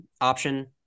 option